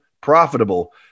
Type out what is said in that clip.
profitable